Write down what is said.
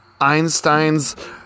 Einstein's